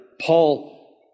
Paul